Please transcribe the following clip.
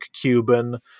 Cuban